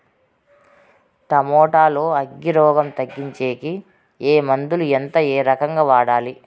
Tomato లో అగ్గి రోగం తగ్గించేకి ఏ మందులు? ఎంత? ఏ రకంగా వాడాలి?